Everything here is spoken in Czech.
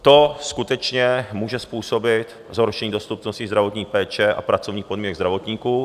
To skutečně může způsobit zhoršení dostupnosti zdravotní péče a pracovních podmínek zdravotníků.